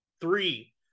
Three